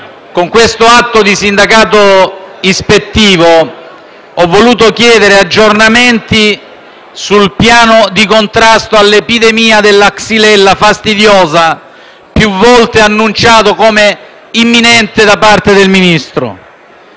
Con tale atto di sindacato ispettivo ho voluto chiedere aggiornamenti sul piano di contrasto all'epidemia della *Xylella fastidiosa*, più volte annunciato come imminente da parte del Ministro.